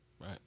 right